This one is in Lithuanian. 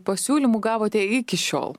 pasiūlymų gavote iki šiol